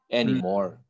anymore